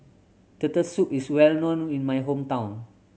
Turtle Soup is well known in my hometown